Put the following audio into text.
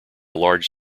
large